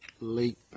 late